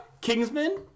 kingsman